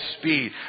speed